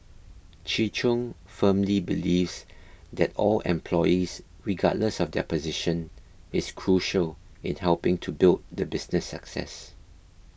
Chi Chung firmly believes that all employees regardless of their position is crucial in helping to build the business success